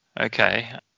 Okay